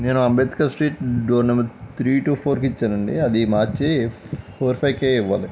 నేను Ambedkar street door number three two ఫోర్కి ఇచ్చానండి అది మార్చి ఫోర్ ఫైవ్కి ఇవ్వాలి